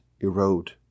erode